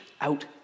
out